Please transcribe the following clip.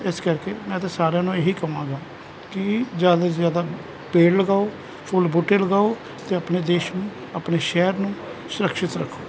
ਇਸ ਕਰਕੇ ਮੈਂ ਤਾਂ ਸਾਰਿਆਂ ਨੂੰ ਇਹ ਹੀ ਕਵਾਂਗਾ ਕਿ ਜਲਦੀ ਜ਼ਿਆਦਾ ਤੋਂ ਜ਼ਿਆਦਾ ਪੇੜ ਲਗਾਓ ਫੁੱਲ ਬੂਟੇ ਲਗਾਓ ਅਤੇ ਆਪਣੇ ਦੇਸ਼ ਨੂੰ ਆਪਣੇ ਸ਼ਹਿਰ ਨੂੰ ਸੁਰਕਸ਼ਿਤ ਰੱਖੋ